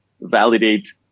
validate